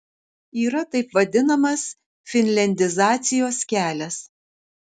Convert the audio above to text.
yra taip vadinamas finliandizacijos kelias